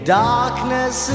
darkness